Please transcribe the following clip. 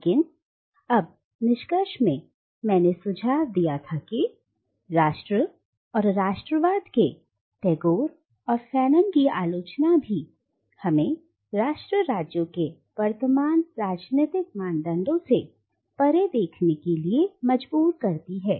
लेकिन अब निष्कर्ष में मैंने सुझाव दिया था कि राष्ट्र और राष्ट्रवाद के टैगोर और फैनन की आलोचना भी हमें राष्ट्र राज्यों के वर्तमान राजनीतिक मानदंडों से परे देखने के लिए मजबूर करती है